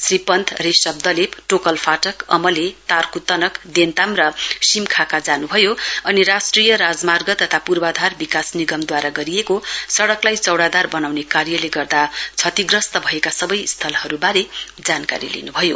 श्री पन्त रेशप दलेप टोकल फाटक अमले तार्क् तनक देन्ताम र शिमखाका जान्भयो अनि राष्ट्रिय राजमार्ग तथा पूर्वाधार विकास निगमद्वारा गरिएको सड़कलाई चौड़ादार बनाउने कार्यले गर्दा श्रतिग्रस्त भएका सबै स्थलहरूबारे जानकारी लिन्भयो